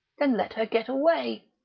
then let her get away.